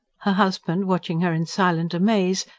her husband, watching her in silent amaze,